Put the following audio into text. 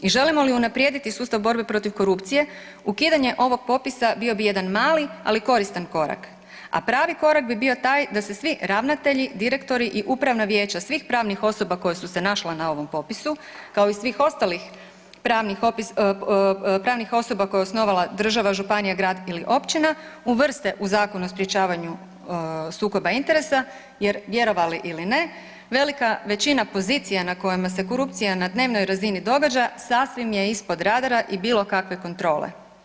I želimo li unaprijediti sustav borbe protiv korupcije ukidanje ovog popisa bio bi jedan mali, ali koristan korak, a pravi korak bi bio taj da se svi ravnatelji, direktori i upravna vijeća svih pravnih osoba koje su se našle na ovom popisu kao i svih ostalih pravnih osoba koje je osnovala država, županija, grad ili općina uvrste u Zakon o sprječavanju sukoba interesa jer vjerovali ili ne velika većina pozicija na kojima se korupcija na dnevnoj razini događa sasvim je ispod radara i bilo kakve kontrole.